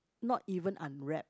not even unwrapped